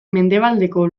mendebaldeko